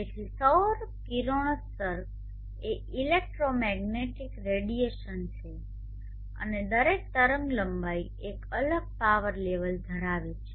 તેથી સૌર કિરણોત્સર્ગ એ ઇલેક્ટ્રોમેગ્નેટિક રેડિયેશન છે અને દરેક તરંગલંબાઇ એક અલગ પાવર લેવલ ધરાવે છે